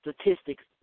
statistics